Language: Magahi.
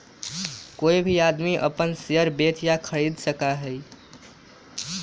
कोई भी आदमी अपन शेयर बेच या खरीद सका हई